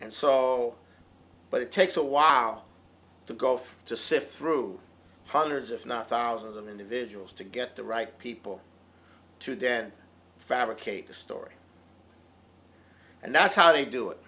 and so but it takes a while to go off to sift through hundreds if not thousands of individuals to get the right people to then fabricate a story and that's how they do it